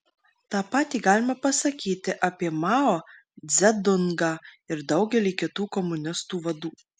tą patį galima pasakyti apie mao dzedungą ir daugelį kitų komunistų vadų